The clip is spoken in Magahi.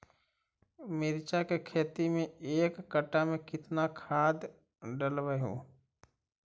मिरचा के खेती मे एक कटा मे कितना खाद ढालबय हू?